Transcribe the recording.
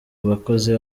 bakozi